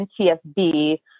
NTSB